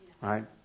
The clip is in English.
Right